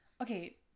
Okay